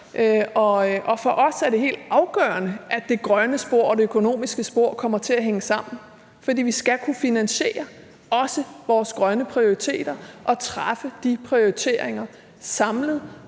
for os helt afgørende, at det grønne spor og det økonomiske spor kommer til at hænge sammen, for vi skal også kunne finansiere vores grønne prioriteter og foretage de prioriteringer samlet.